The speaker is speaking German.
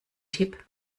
tipp